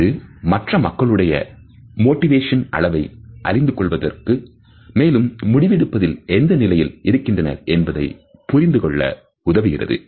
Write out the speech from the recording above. இது மற்ற மக்களுடைய மோட்டிவேஷன் அளவை அறிந்து கொள்வதற்கு மேலும் முடிவெடுப்பதில் எந்த நிலையில் இருக்கின்றனர் என்பதை புரிந்துகொள்ள உதவுகிறது